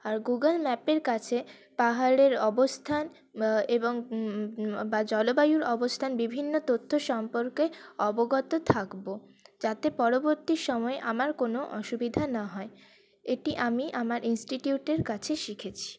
আর Google ম্যাপের কাছে পাহাড়ের অবস্থান এবং বা জলবায়ুর অবস্থান বিভিন্ন তথ্য সম্পর্কে অবগত থাকব যাতে পরবর্তী সময়ে আমার কোনো অসুবিধা না হয় এটি আমি আমার ইনস্টিটিউটের কাছে শিখেছি